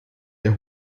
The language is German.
der